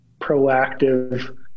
proactive